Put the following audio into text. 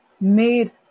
made